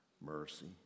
Mercy